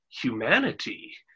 humanity